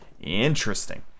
Interesting